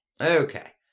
Okay